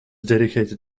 dedicated